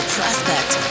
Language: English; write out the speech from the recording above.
Prospect